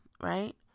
right